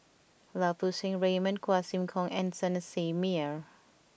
Lau Poo Seng Raymond Quah Kim Song and Manasseh Meyer